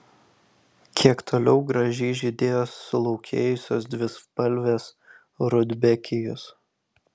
kiek toliau gražiai žydėjo sulaukėjusios dvispalvės rudbekijos